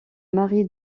mari